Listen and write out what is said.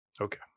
Okay